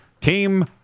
Team